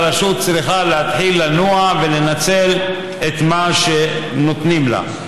והרשות צריכה להתחיל לנוע ולנצל את מה שנותנים לה,